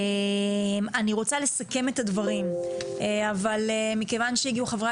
אני רוצה לסכם את הדברים אבל מכיוון שהגיעו חברי